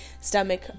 stomach